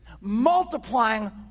Multiplying